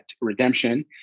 Redemption